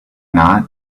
not